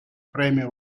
premio